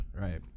Right